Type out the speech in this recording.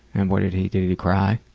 and what did he did he cry?